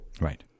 Right